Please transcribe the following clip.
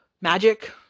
magic